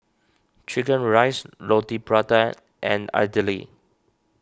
Chicken Rice Roti Prata and Idly